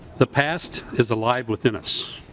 the past is alive with in us.